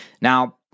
Now